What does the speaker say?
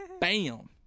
Bam